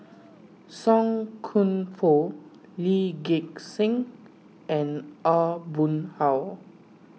Song Koon Poh Lee Gek Seng and Aw Boon Haw